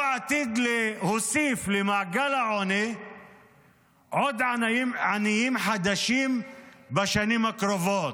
הוא עתיד להוסיף למעגל העוני עוד עניים חדשים בשנים הקרובות.